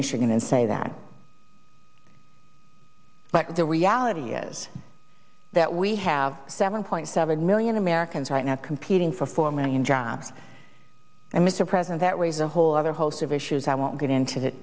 michigan and say that but the reality is that we have seven point seven million americans right now competing for four million jobs and mr president that raises a whole other host of issues i won't get into th